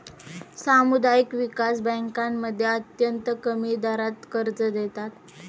सामुदायिक विकास बँकांमध्ये अत्यंत कमी दरात कर्ज देतात